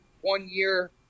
one-year